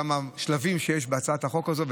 כמה שלבים שיש בהצעת החוק הזו,